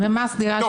מה- --?